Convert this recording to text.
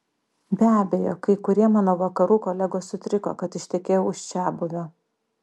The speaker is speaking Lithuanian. be abejo kai kurie mano vakarų kolegos sutriko kad ištekėjau už čiabuvio